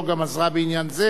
את עזרת בעניין זה.